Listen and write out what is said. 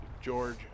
George